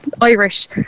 Irish